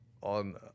on